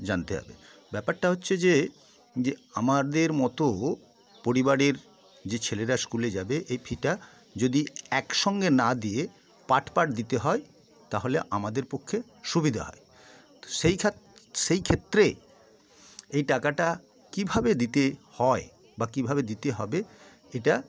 জানতে হবে ব্যাপারটা হচ্ছে যে যে আমাদের মতো পরিবারের যে ছেলেরা স্কুলে যাবে এই ফিটা যদি একসঙ্গে না দিয়ে পার্ট পার্ট দিতে হয় তাহলে আমাদের পক্ষে সুবিধে হয় তো সেই খাত সেই ক্ষেত্রে এই টাকাটা কীভাবে দিতে হয় বা কীভাবে দিতে হবে এটা